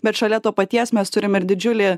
bet šalia to paties mes turime ir didžiulį